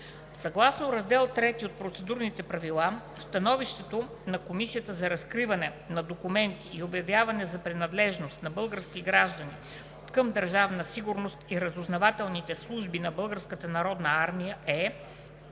Съгласно Раздел III от Процедурните правила становището на Комисията за разкриване на документите и за обявяване на принадлежност на български граждани към Държавна сигурност и разузнавателните служби на